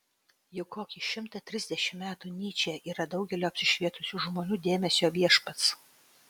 jau kokį šimtą trisdešimt metų nyčė yra daugelio apsišvietusių žmonių dėmesio viešpats